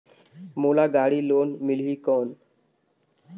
मोला गाड़ी लोन मिलही कौन?